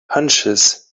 hunches